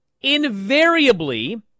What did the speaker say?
invariably